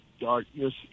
darkness